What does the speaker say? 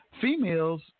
females